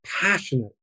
passionate